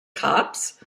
cops